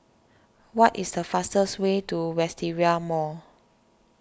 what is the fastest way to Wisteria Mall